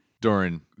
Doran